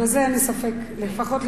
בזה אין לי ספק, לפחות לגבי,